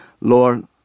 Lord